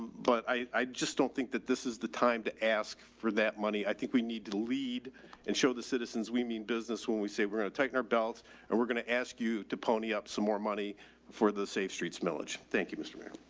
but i, i just don't think that this is the time to ask for that money. i think we need to lead and show the citizens, we mean business when we say we're going to tighten our belts and we're going to ask you to pony up some more money for the safe streets. millage. thank you mister mayor.